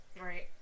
Right